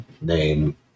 name